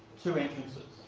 two entrances.